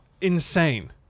insane